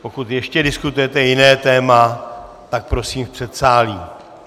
Pokud ještě diskutujete jiné téma, tak prosím v předsálí.